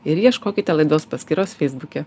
ir ieškokite laidos paskyros feisbuke